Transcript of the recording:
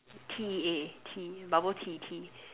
T E A tea bubble tea tea